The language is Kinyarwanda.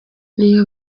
n’iyo